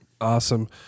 Awesome